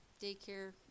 daycare